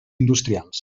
industrials